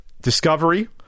Discovery